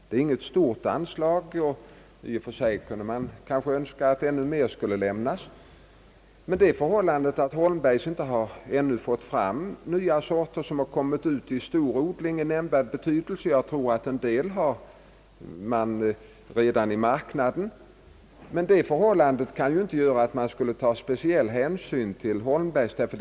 Det är inte stort, och i och för sig kunde man kanske önska att företaget fick mer pengar. Men det förhållandet att Algot Holmberg & Söner ännu inte har fått fram nya sorter som kommit ut i stor odling eller är av nämnvärd betydelse — jag tror dock att man redan har en del ute i marknaden — kan inte göra att speciell hänsyn kan tas till dem.